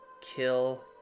Kill